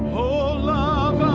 o love